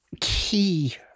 key